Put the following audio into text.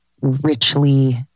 richly